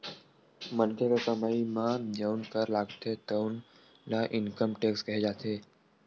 मनखे के कमई म जउन कर लागथे तउन ल इनकम टेक्स केहे जाथे